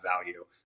value